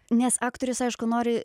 nes aktorius aišku nori